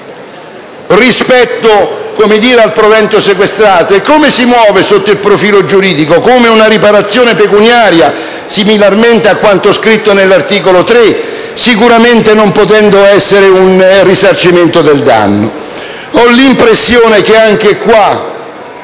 rispetto al provento sequestrato? E come si muove sotto il profilo giuridico? Si muove come una riparazione pecuniaria, similarmente a quanto scritto nell'articolo 3, non potendo sicuramente essere un risarcimento del danno? Io ho l'impressione che anche qui